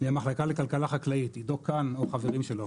מהמחלקה לכלכלה חקלאית עידו כאן, או חברים שלו